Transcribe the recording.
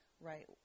right